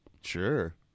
sure